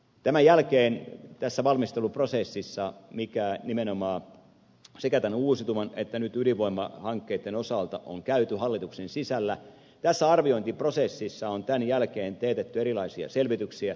tämän jälkeen tässä valmisteluprosessissa mikä nimenomaan sekä tämän uusiutuvan energian että nyt ydinvoimahankkeitten osalta on käyty hallituksen sisällä tässä arviointiprosessissa on teetetty erilaisia selvityksiä